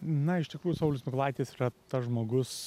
na iš tikrųjų saulius mykolaitis yra tas žmogus